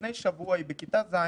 היא בכיתה ז',